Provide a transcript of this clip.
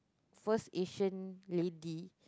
first Asian lady